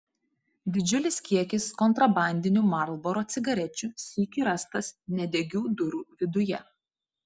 didžiulis kiekis kontrabandinių marlboro cigarečių sykį rastas nedegių durų viduje